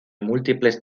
múltiples